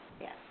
Yes